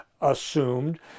assumed